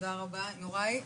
תודה רבה, יוראי.